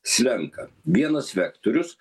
slenka vienas vektorius